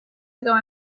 ago